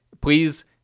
Please